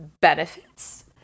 benefits